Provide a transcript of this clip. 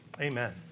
amen